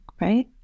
right